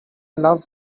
love